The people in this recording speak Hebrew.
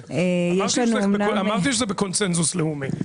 אמרתי שזה בקונצנזוס לאומי,